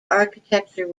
architecture